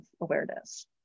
awareness